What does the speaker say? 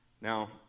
Now